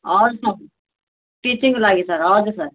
हजुर टिचिङको लागि सर हजुर सर